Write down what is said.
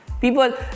People